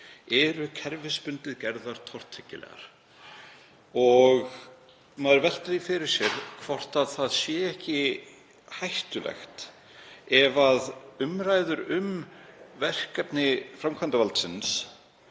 eru kerfisbundið gerðar tortryggilegar. Maður veltir fyrir sér hvort það sé ekki hættulegt ef umræður um verkefni framkvæmdarvaldsins